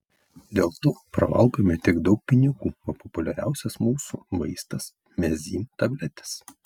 dėl to pravalgome tiek daug pinigų o populiariausias mūsų vaistas mezym tabletės